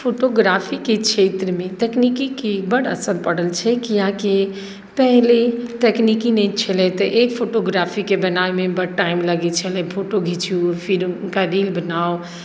फोटोग्राफीके क्षेत्रमे तकनीकीके बड्ड असर पड़ल छै किआकि पहले तकनीकी नहि छलै तऽ एक फोटोग्राफीके बनाबैमे बड्ड टाइम लगैत छलै फोटो घीँचू फेर हुनका रील बनाउ